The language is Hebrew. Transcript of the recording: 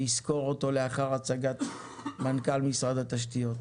והוא יסקור אותו לאחר הצגת מנכ"ל משרד התשתיות.